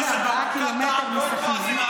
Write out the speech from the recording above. לקבר של ערפאת.